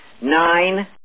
nine